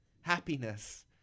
happiness